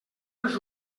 els